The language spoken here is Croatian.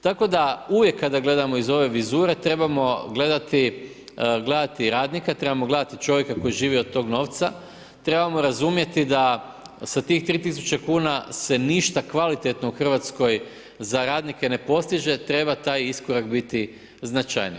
Tako da uvijek kada gledamo s ove vizure trebamo gledati radnika, trebamo gledati čovjeka koji živi od tog novca, trebamo razumjeti da sa tih 3000 kn se ništa kvalitetno u Hrvatskoj za radnike ne postiže, treba taj iskorak biti značajniji.